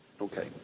Okay